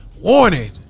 Warning